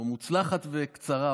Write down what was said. או מוצלחת וקצרה,